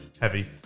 heavy